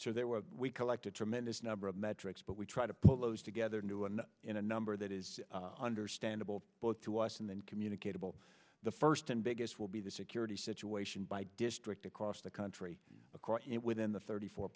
so there were we collect a tremendous number of metrics but we try to put those together into one in a number that is understandable both to us and then communicate about the first and biggest the the security situation by district across the country across it within the thirty four